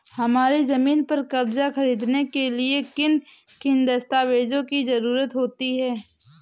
हमारी ज़मीन पर कर्ज ख़रीदने के लिए किन किन दस्तावेजों की जरूरत होती है?